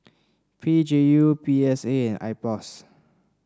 P G U P S A and IPOS